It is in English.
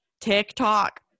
TikTok